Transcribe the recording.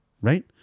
right